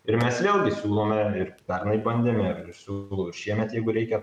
ir mes vėlgi siūlome ir pernai bandėme ir siūlau ir šiemet jeigu reikia